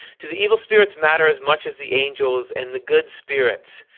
do the evil spirits matter as much as the angels and the good spirits?